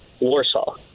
Warsaw